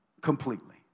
completely